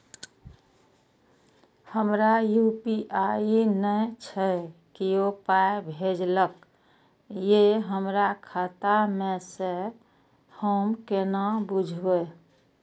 हमरा यू.पी.आई नय छै कियो पाय भेजलक यै हमरा खाता मे से हम केना बुझबै?